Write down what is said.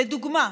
לדוגמה: